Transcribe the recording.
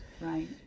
Right